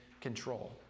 control